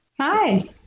Hi